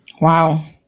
Wow